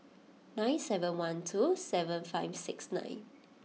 nine seven one two seven five six nine